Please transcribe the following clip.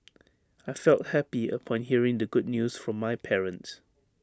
I felt happy upon hearing the good news from my parents